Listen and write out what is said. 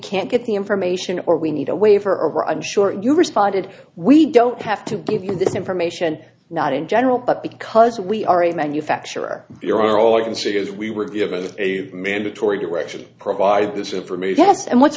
can't get the information or we need a waiver or i'm sure you responded we don't have to give you this information not in general but because we are a manufacturer you're all i can say is we were given a mandatory direction provide this information has and what's